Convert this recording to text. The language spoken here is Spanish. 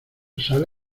sale